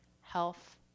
health